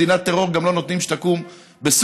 מדינת טרור גם לא נותנים שתקום בסוריה,